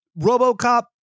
Robocop